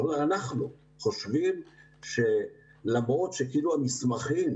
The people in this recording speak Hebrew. אני אומר, אנחנו חושבים שלמרות שהמסמכים